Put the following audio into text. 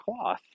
cloth